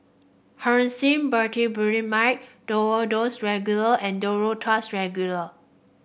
Hyoscine Butylbromide Duro Tuss Regular and Duro Tuss Regular